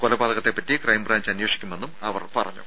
കൊലപാതകത്തെ പറ്റ് ക്രൈബ്രാഞ്ച് അന്വേഷിക്കുമെന്നും അവർ പറഞ്ഞു